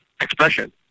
expression